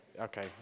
okay